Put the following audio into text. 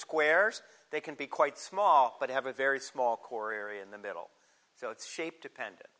squares they can be quite small but have a very small core area in the middle so it's shape depend